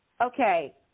okay